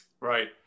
Right